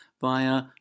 via